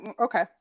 Okay